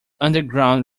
underground